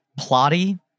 plotty